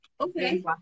okay